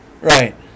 Right